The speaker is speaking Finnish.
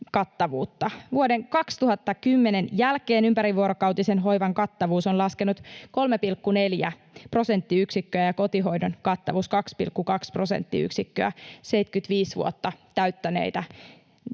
Vuoden 2010 jälkeen ympärivuorokautisen hoivan kattavuus on laskenut 3,4 prosenttiyksikköä ja kotihoidon kattavuus 2,2 prosenttiyksikköä 75 vuotta täyttäneiden